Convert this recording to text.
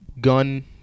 gun